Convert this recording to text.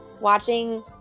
watching